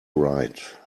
right